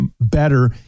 better